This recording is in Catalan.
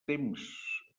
temps